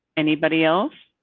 anybody else